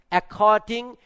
according